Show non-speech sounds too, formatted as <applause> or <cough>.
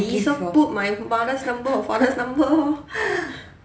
<laughs>